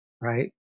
right